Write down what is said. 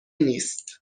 نیست